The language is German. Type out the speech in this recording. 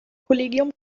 kollegium